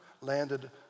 landed